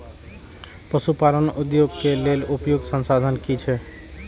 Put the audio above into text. पशु पालन उद्योग के लेल उपयुक्त संसाधन की छै?